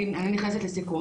אני נכנסת לסיכום,